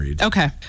okay